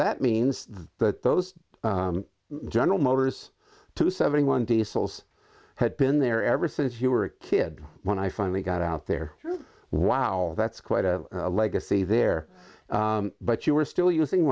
that means that those general motors to seventy one diesels had been there ever since you were a kid when i finally got out there wow that's quite a legacy there but you were still using